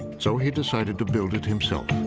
so he decided to build it himself.